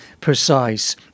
precise